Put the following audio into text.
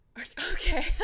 okay